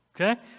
Okay